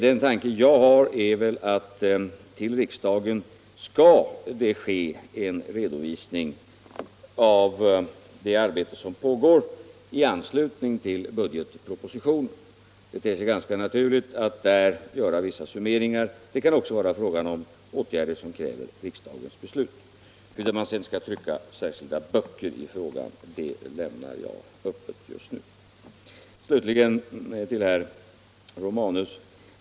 Den tanke som jag har är att till riksdagen skall lämnas en redovisning av det arbete som pågår i anslutning till budgetpropositionen. Det ter sig ganska naturligt att där göra vissa summeringar. Det kan också vara fråga om åtgärder som kräver riksdagens beslut. Huruvida man sedan skall trycka särskilda böcker i frågan lämnar jag Öppet just nu.